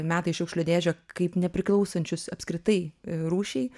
meta į šiukšlių dėžę kaip nepriklausančius apskritai rūšiai